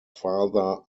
father